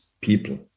people